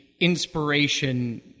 inspiration